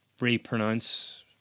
re-pronounce